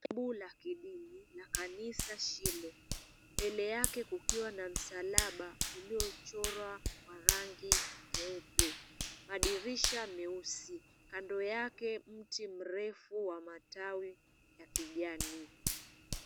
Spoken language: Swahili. Dhehebu la kidini la kanisa Shiloh. Mbele yake kukiwa na msalaba uliochorwa wa rangi nyeupe, madirisha meusi. Kando yake mti mrefu wa matawi ya kijani.